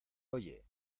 oye